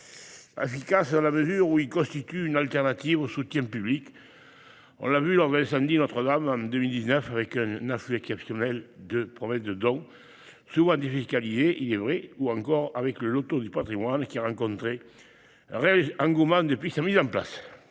efficace, dans la mesure où il constitue une alternative au soutien public : on l'a vu lors de l'incendie de Notre-Dame de Paris en 2019, qui a suscité un afflux exceptionnel de promesses de dons, souvent défiscalisées il est vrai, ou encore avec le loto du patrimoine, qui a rencontré un réel engouement depuis sa mise en place.